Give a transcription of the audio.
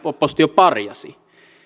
oppositio lähinnä parjasi